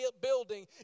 building